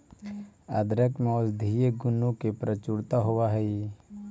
अदरक में औषधीय गुणों की प्रचुरता होवअ हई